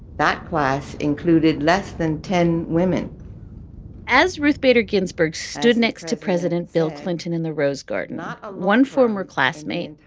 that class included less than ten women as ruth bader ginsburg stood next to president bill clinton in the rose garden, not ah one former classmate,